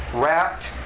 wrapped